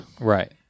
Right